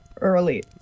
early